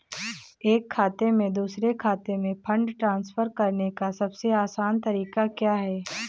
एक खाते से दूसरे खाते में फंड ट्रांसफर करने का सबसे आसान तरीका क्या है?